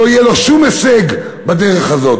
ולא יהיה לו שום הישג בדרך הזאת.